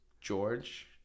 George